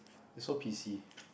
it's so P_C